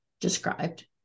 described